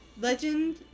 Legend